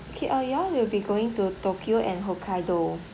okay uh you all will be going to tokyo and hokkaido